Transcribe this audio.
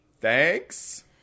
Thanks